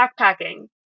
backpacking